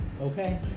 Okay